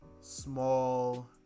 small